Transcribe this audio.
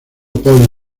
paul